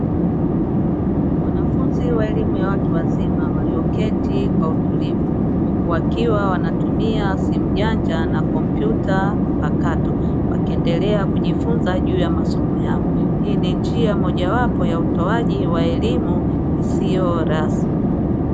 Wanafunzi wa elimu ya watu wazima walio keti kwa utulivu huku wakiwa wanatumia simu janja na kompyuta mpakato wakiendelea kujifunza juu ya masomo yao, hii ni njia moja wapo ya utoaji wa elimu isiyo rasmi.